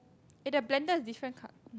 eh the blender is different col~